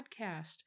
podcast